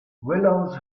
willows